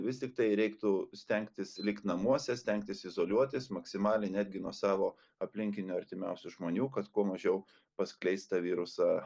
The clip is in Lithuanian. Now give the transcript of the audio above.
vis tiktai reiktų stengtis likt namuose stengtis izoliuotis maksimaliai netgi nuo savo aplinkinių artimiausių žmonių kad kuo mažiau paskleist tą virusą